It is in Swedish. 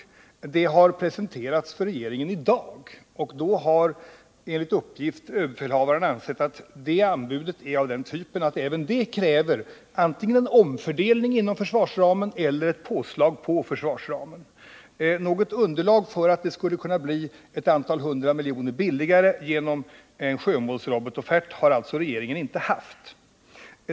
Men det har presenterats för regeringen i dag, och överbefälhavaren har enligt uppgift angett att det anbudet är av den typen att det kräver antingen en omfördelning inom försvarsramen eller påslag på försvarsramen. Något underlag för att det hela skulle kunna bli ett antal hundra miljoner billigare genom en sjömålsrobotoffert har regeringen inte haft.